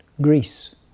Greece